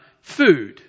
food